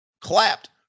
clapped